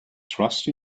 trust